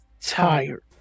tired